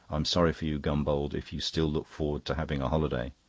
i'm sorry for you, gombauld, if you still look forward to having a holiday.